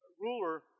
ruler